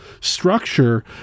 structure